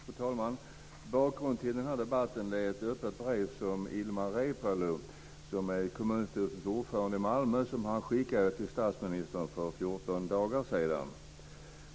Fru talman! Bakgrunden till den här debatten är ett öppet brev som Ilmar Reepalu, som är kommunstyrelsens ordförande i Malmö, skickade till statsministern för 14 dagar sedan.